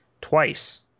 twice